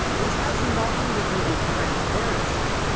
this has nothing to do with transparency.